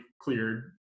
cleared